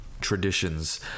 traditions